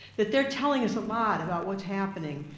that they're telling us a lot about what's happening,